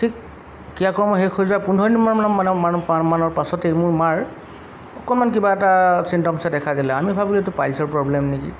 ঠিক ক্ৰিয়া কৰ্ম শেষ হৈ যোৱাৰ পোন্ধৰ দিনমান মানৰ মানৰ পাছতেই মোৰ মাৰ অকণমান কিবা এটা চিন্তমছে দেখা দিলে আমি ভাবিলোঁ এইটো পাইলছৰ প্ৰব্লেম নেকি